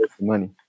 money